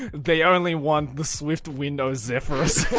they only want the swift wind of zephyrus